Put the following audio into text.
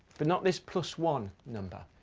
but not this plus one number.